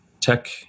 tech